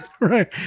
Right